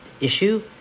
issue